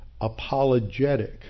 apologetic